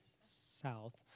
south